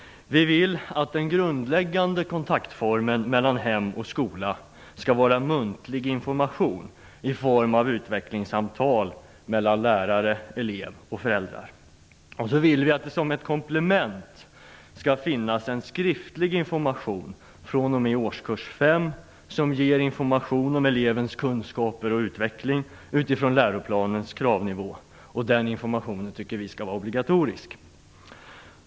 Vi vill för det första att den grundläggande kontaktformen mellan hem och skola skall vara muntlig information i form av utvecklingssamtal mellan lärare, elev och föräldrar. Vi vill också att det som ett komplement skall finnas en skriftlig information fr.o.m. årskurs 5 som ger information om elevens kunskaper och utveckling utifrån läroplanens kravnivå. Den informationen tycker vi skall vara obligatorisk.